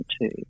two